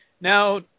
Now